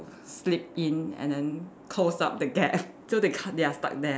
slip in and then close up the gap so they can't they are stuck there